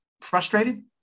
frustrated